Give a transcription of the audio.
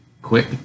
quick